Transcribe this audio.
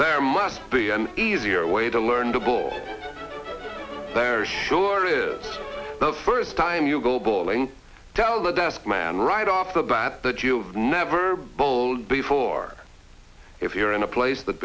there must be an easier way to learn the ball there sure is the first time you go bowling down the desk man right off the bat that you've never bowled before if you're in a place that